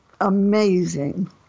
amazing